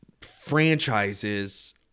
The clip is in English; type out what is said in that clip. franchises